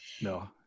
No